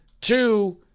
two